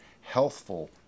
healthful